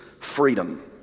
Freedom